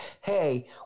Hey